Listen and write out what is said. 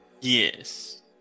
Yes